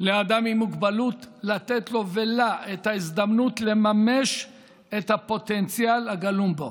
לאדם עם מוגבלות ולתת לו ולה את ההזדמנות לממש את הפוטנציאל הגלום בהם.